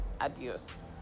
adios